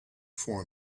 for